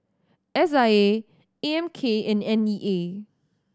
S I A A M K and N E A